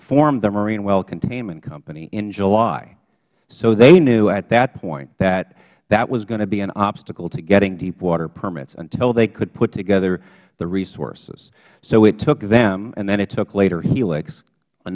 formed the marine well containment company in july so they knew at that point that that was going to be an obstacle to getting deepwater permits until they could put together the resources so it took them and then it took later heli